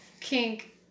kink